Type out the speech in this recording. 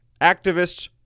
activists